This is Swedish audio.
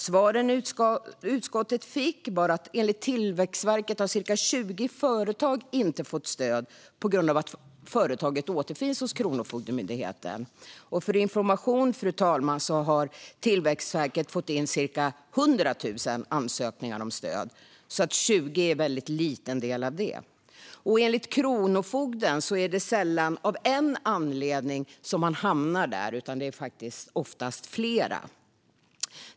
Svaren utskottet fick var att enligt Tillväxtverket har cirka 20 företag inte fått stöd på grund av att företaget återfinns hos kronofogden. För information, fru talman, har Tillväxtverket fått in cirka 100 000 ansökningar om stöd, så 20 är en väldigt liten del av det. Enligt kronofogden är det sällan av en enda anledning man hamnar där, utan det är oftast flera.